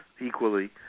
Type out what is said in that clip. equally